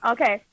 Okay